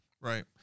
Right